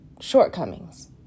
shortcomings